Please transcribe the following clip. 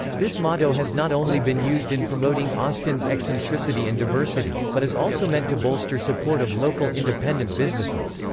this motto has not only been used in promoting austin's eccentricity and diversity, but is also meant to bolster support of local independent businesses.